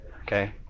okay